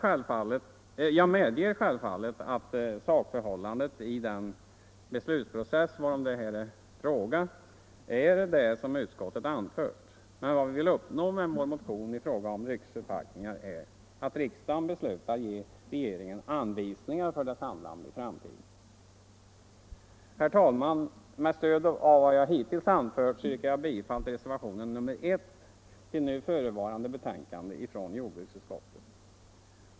Jag medger självfallet att sakförhållandet i den beslutsprocess varom det här är fråga är det som utskottet anfört, men vad vi vill uppnå med vår motion i fråga om dryckesförpackningar är att riksdagen beslutar ge regeringen anvisningar för dess handlande i framtiden. Herr talman! Med stöd av vad jag hittills anfört yrkar jag bifall till reservationen 1 vid nu förevarande betänkande från jordbruksutskottet.